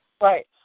Right